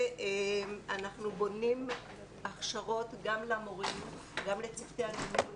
ואנחנו בונים הכשרות גם למורים, גם לצוותי הניהול